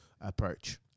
approach